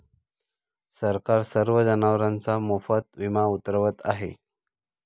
सरकार सर्व जनावरांचा मोफत विमा उतरवत आहे